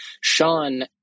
Sean